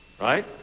right